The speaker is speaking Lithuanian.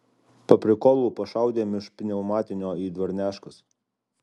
paprikolu pašaudėm iš pniaumatinio į dvarneškas